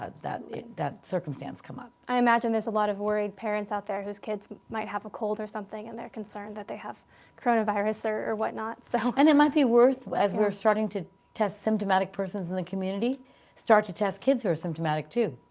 ah that circumstance come up. i imagine there's a lot of worried parents out there whose kids might have a cold or something and they're concerned that they have coronavirus or or whatnot, so. and it might be worth as we were starting to test symptomatic persons in the community start to test kids who are symptomatic too.